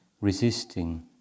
resisting